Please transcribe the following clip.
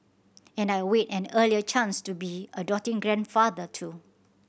and I await an earlier chance to be a doting grandfather too